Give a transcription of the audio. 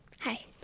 Hi